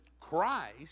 Christ